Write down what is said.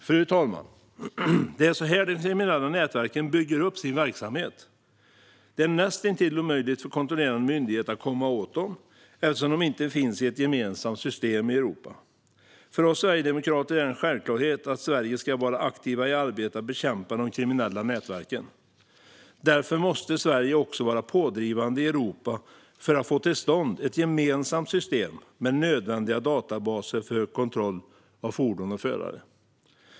Fru talman! Det är så här de kriminella nätverken bygger upp sin verksamhet. Det är näst intill omöjligt för kontrollerande myndigheter att komma åt dem, eftersom de inte finns i ett gemensamt system i Europa. För oss sverigedemokrater är det en självklarhet att Sverige ska vara aktivt i arbetet med att bekämpa de kriminella nätverken. Därför måste Sverige också vara pådrivande i Europa för att få till stånd ett gemensamt system med nödvändiga databaser för kontroll av fordon och förare.